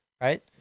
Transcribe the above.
right